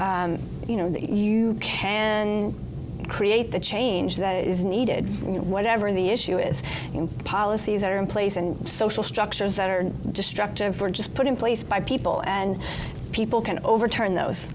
that you know you can create the change that is needed whatever the issue is policies are in place and social structures that are destructive are just put in place by people and people can overturn those